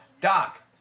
Doc